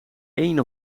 een